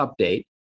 update